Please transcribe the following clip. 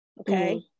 Okay